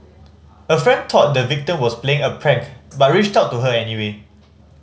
a friend thought the victim was playing a prank but reached out to her anyway